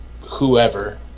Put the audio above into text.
whoever